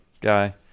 guy